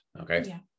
Okay